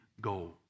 goal